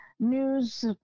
news